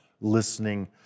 listening